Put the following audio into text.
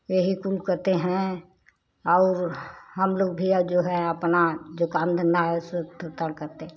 ये ही कुल करते हैं और हम लोग भी अब जो हैं अपना जो काम धंधा है उसे चुप चाप हम करते हैं